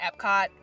Epcot